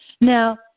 Now